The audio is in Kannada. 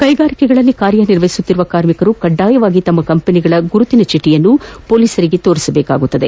ಕ್ಲೆಗಾರಿಕೆಗಳಲ್ಲಿ ಕಾರ್ಯ ನಿರ್ವಹಿಸುತ್ತಿರುವ ಕಾರ್ಮಿಕರು ಕಡ್ಡಾಯವಾಗಿ ತಮ್ನ ಕಂಪನಿಗಳ ಗುರುತಿನ ಚೀಟಿಯನ್ನು ಪೊಲೀಸರಿಗೆ ತೋರಿಸಬೇಕು